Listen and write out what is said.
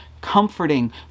comforting